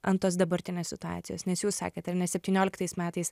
ant tos dabartinės situacijos nes jūs sakėt ar ne septynioliktais metais